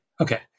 Okay